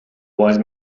wise